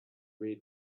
read